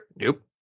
nope